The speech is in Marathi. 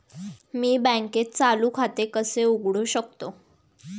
मी बँकेत चालू खाते कसे उघडू शकतो?